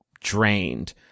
drained